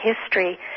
history